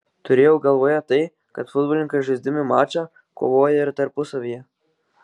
turėjau galvoje tai kad futbolininkai žaisdami mačą kovoja ir tarpusavyje